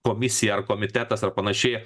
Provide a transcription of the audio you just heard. komisija ar komitetas ar panašiai